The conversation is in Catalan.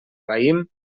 raïm